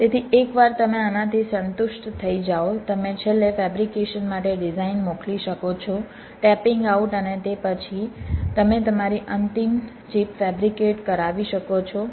તેથી એકવાર તમે આનાથી સંતુષ્ટ થઈ જાઓ તમે છેલ્લે ફેબ્રિકેશન માટે ડિઝાઇન મોકલી શકો છો ટેપિંગ આઉટ અને તે પછી તમે તમારી અંતિમ ચિપ ફેબ્રિકેટ કરાવી શકો છો